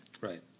Right